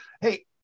Hey